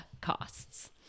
costs